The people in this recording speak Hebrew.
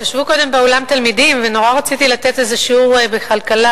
ישבו קודם באולם תלמידים ונורא רציתי לתת איזה שיעור בכלכלה,